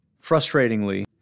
Frustratingly